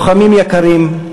לוחמים יקרים,